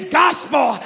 gospel